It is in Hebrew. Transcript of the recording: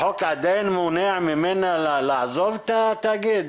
החוק עדיין מונע ממנו לעזוב את התאגיד?